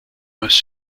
most